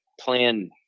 plan